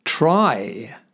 try